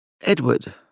Edward